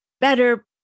better